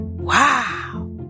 Wow